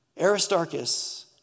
Aristarchus